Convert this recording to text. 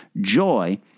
Joy